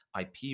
IP